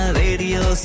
radio